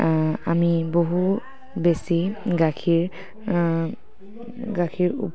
আমি বহু বেছি গাখীৰ